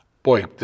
Boy